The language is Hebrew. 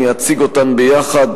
אני אציג אותן ביחד,